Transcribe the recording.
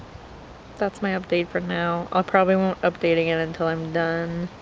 that's my update for now, i'll probably won't update again until i'm done